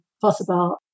possible